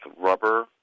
rubber